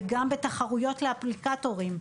וגם בתחרויות לאפליקטורים,